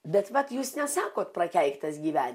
bet vat jūs sakot prakeiktas gyvent